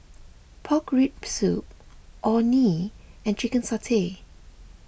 Pork Rib Soup Orh Nee and Chicken Satay